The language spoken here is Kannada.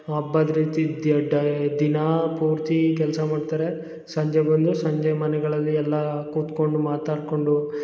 ಹಬ್ಬದ ರೀತಿದ್ಯ ಡೈ ದಿನಾ ಪೂರ್ತಿ ಕೆಲಸ ಮಾಡ್ತಾರೆ ಸಂಜೆ ಬಂದು ಸಂಜೆ ಮನೆಗಳಲ್ಲಿ ಎಲ್ಲ ಕೂತ್ಕೊಂಡು ಮಾತಾಡ್ಕೊಂಡು